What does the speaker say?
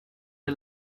you